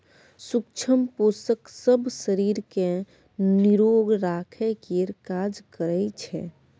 सुक्ष्म पोषक सब शरीर केँ निरोग राखय केर काज करइ छै